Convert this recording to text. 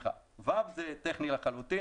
סעיף (ו) הוא סעיף טכני לחלוטין.